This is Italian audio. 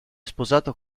sposato